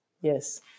yes